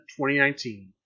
2019